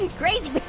and crazy.